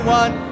one